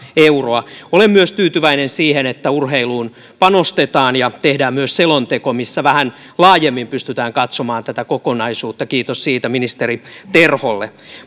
euroa olen myös tyytyväinen siihen että urheiluun panostetaan ja tehdään myös selonteko missä vähän laajemmin pystytään katsomaan tätä kokonaisuutta kiitos siitä ministeri terholle